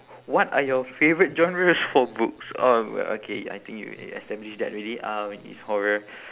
what are your favourite genres for books oh okay I think you establish that already uh it's horror